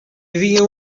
havia